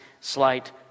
slight